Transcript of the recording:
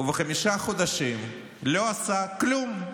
ובחמישה חודשים לא עשה כלום,